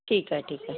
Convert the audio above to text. ठीक आहे ठीक आहे